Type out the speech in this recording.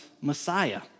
Messiah